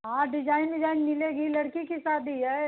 हाँ डिज़ाईन विज़ाईन मिलेगी लड़की की शादी है